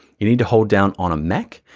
you need to hold down on a mac,